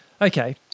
Okay